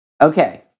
Okay